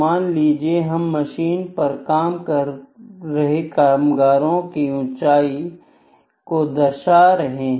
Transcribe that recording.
मान लीजिए हम मशीन पर काम कर रहे कामगारों की ऊंचाई को दर्शा रहे हैं